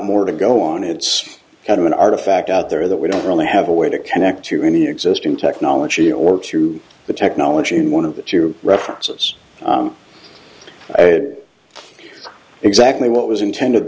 more to go on it's kind of an artifact out there that we don't really have a way to connect to any existing technology or to the technology in one of the two references i did exactly what was intended